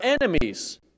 enemies